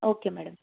okay madam